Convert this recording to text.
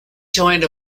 joined